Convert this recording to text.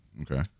Okay